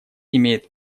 имеет